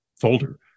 folder